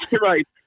right